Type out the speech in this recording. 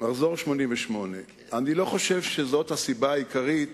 מחזור 88'. אני לא חושב שזאת הסיבה העיקרית